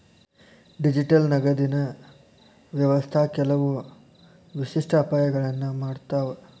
digital ನಗದಿನ್ ವ್ಯವಸ್ಥಾ ಕೆಲವು ವಿಶಿಷ್ಟ ಅಪಾಯಗಳನ್ನ ಮಾಡತಾವ